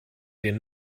den